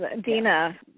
Dina